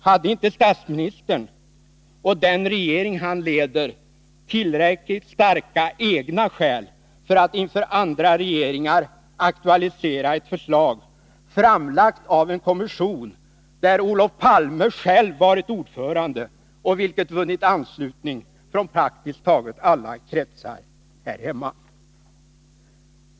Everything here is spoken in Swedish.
Hade inte statsministern och den regering han leder tillräckligt starka egna skäl för att inför andra regeringar aktualisera ett förslag, framlagt i en kommission där Olof Palme själv varit ordförande och vilket vunnit anslutning från praktiskt taget alla kretsar här hemma?